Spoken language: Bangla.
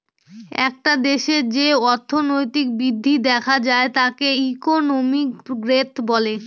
একটা দেশে যে অর্থনৈতিক বৃদ্ধি দেখা যায় তাকে ইকোনমিক গ্রোথ বলে